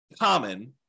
common